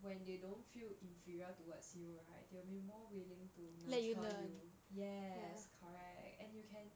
when they don't feel inferior towards you right they will be more willing to nurture you yes correct and you can